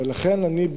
ולכן אני,